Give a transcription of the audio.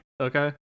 okay